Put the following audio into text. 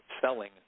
selling